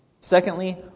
Secondly